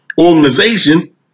organization